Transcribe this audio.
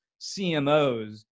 CMOs